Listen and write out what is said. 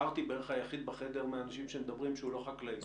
נשארתי היחיד בחדר מהאנשים שמדברים שהוא לא חקלאי